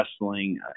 Wrestling